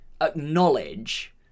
acknowledge